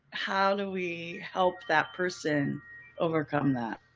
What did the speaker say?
how do we help that person overcome that?